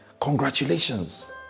Congratulations